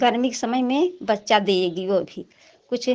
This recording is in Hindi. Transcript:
गर्मी के समय में बच्चा देगी वो भी कुछ